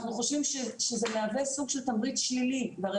אנחנו חושבים שזה מהווה סוג של תמריץ שלילי והרי